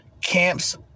camps